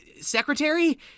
secretary